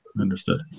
understood